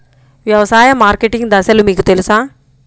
వ్యవసాయ మార్కెటింగ్ దశలు మీకు తెలుసా?